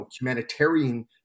humanitarian